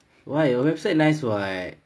why your website nice [what]